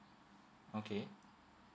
okay